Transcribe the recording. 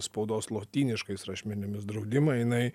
spaudos lotyniškais rašmenimis draudimą jinai